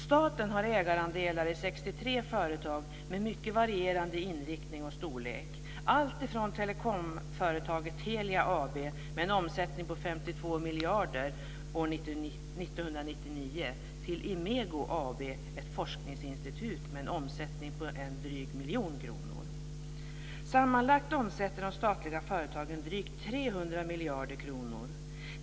Staten har ägarandelar i 63 företag med mycket varierande inriktning och storlek, alltifrån telekomföretaget Telia AB med en omsättning på 52 miljarder kronor år 1999 till Imego AB, ett forskningsinstitut med en omsättning på drygt 1 miljon kronor. Sammanlagt omsätter de statliga företagen drygt 300 miljarder kronor.